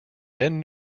then